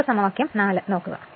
ഇപ്പോൾ സമവാക്യം 4 നോക്കുക